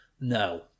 No